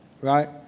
Right